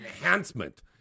enhancement